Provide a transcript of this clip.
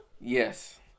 Yes